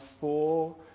four